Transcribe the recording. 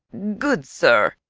good sir,